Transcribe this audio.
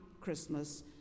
Christmas